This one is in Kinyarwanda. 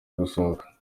gusohoka